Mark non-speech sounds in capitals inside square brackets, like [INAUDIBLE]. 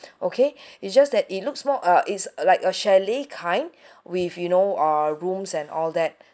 okay [BREATH] it's just that it looks more uh it's like a chalet kind [BREATH] with you know uh rooms and all that